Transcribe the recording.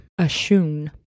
Ashun